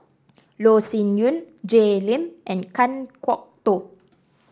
Loh Sin Yun Jay Lim and Kan Kwok Toh